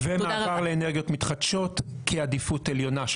ומעבר לאנרגיות מתחדשות כעדיפות עליונה,